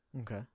okay